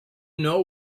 know